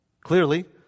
Clearly